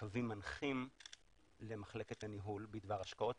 קווים מנחים למחלקת הניהול בדבר השקעות,